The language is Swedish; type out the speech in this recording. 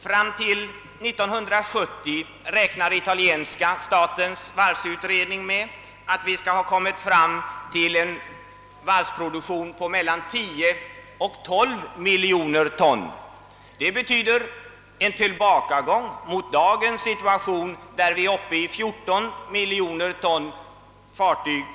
Italienska statens varvsutredning räknar med att vi 1970 skall ha kommit fram till en varvsproduktion på mellan 10 och 12 miljoner ton. Det betyder en tillbakagång i jämförelse med dagens situation eftersom vi är uppe i 14 miljoner ton senaste år.